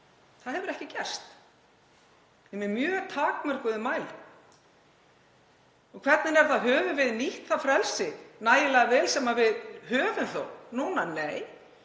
Það hefur ekki gerst nema í mjög takmörkuðum mæli. Hvernig er það? Höfum við nýtt það frelsi nægilega vel sem við höfum þó núna? Nei,